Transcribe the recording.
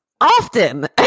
Often